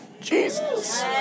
Jesus